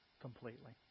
completely